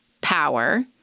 power